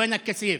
ווינכ, כסיף?